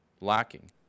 lacking